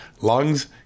lungs